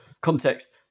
context